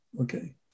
okay